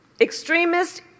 extremists